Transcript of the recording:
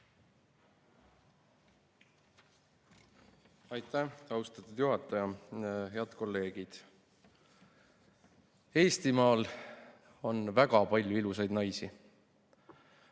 Aitäh, austatud juhataja! Head kolleegid! Eestimaal on väga palju ilusaid naisi.